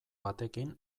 batekin